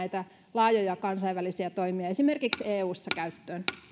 laajoja kansainvälisiä toimia esimerkiksi eussa käyttöön